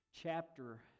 chapter